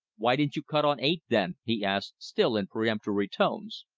why didn't you cut on eight then? he asked, still in peremptory tones.